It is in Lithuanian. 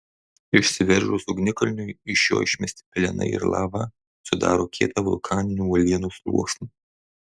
išsiveržus ugnikalniui iš jo išmesti pelenai ir lava sudaro kietą vulkaninių uolienų sluoksnį